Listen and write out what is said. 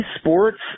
Sports